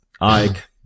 Ike